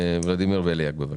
ולדימיר בליאק, בבקשה.